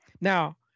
Now